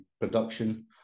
production